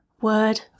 word